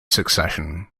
succession